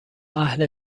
اهل